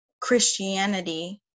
Christianity